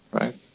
right